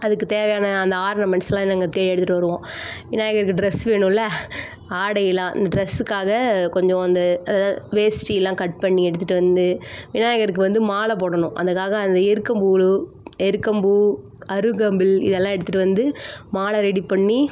அதுக்கு தேவையான அந்த ஆர்னமெண்ட்ஸெல்லாம் நாங்கள் தே எடுத்துகிட்டு வருவோம் விநாயகருக்கு ட்ரெஸ் வேணுமில்ல ஆடையெல்லாம் இந்த ட்ரெஸ்ஸுக்காக கொஞ்சம் அந்த அதுதான் வேஸ்டியெல்லாம் கட் பண்ணி எடுத்துகிட்டு வந்து விநாயகருக்கு வந்து மாலை போடணும் அதுக்காக அந்த எருக்கம்பூவில் எருக்கம்பூ அருகம்புல் இதெல்லாம் எடுத்துகிட்டு வந்து மாலை ரெடி பண்ணி